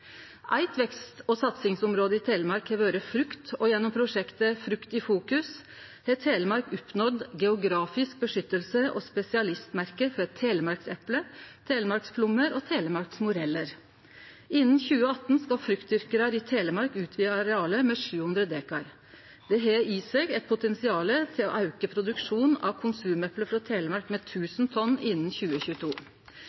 Eit vekst- og satsingsområde i Telemark har vore frukt. Gjennom prosjektet «Frukt i Fokus» har Telemark oppnådd geografisk vern – og spesialitetsmerke – for Telemarksepler, Telemarksplommer og Telemarksmoreller. Innan 2018 skal fruktdyrkarar i Telemark utvide arealet med 700 dekar. Det har i seg eit potensial til å auke produksjonen av konsumeple frå Telemark med